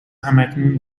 همکنون